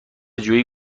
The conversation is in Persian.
جویی